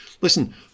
listen